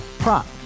Prop